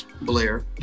Blair